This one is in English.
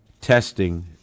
testing